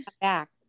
Back